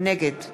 נגד